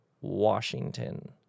Washington